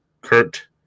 Kurt